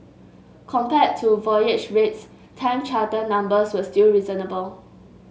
compared to voyage rates time charter numbers were still reasonable